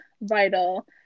vital